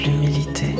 l'humilité